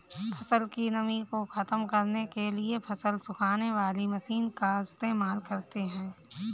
फसल की नमी को ख़त्म करने के लिए फसल सुखाने वाली मशीन का इस्तेमाल करते हैं